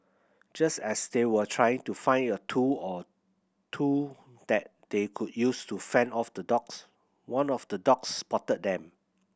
just as they were trying to find a tool or two that they could use to fend off the dogs one of the dogs spotted them